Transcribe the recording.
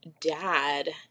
dad